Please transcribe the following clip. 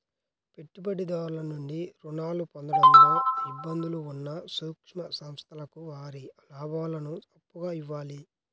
పెట్టుబడిదారుల నుండి రుణాలు పొందడంలో ఇబ్బందులు ఉన్న సూక్ష్మ సంస్థలకు వారి లాభాలను అప్పుగా ఇవ్వాలి